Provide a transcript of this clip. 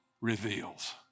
reveals